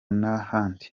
n’ahandi